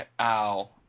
Ow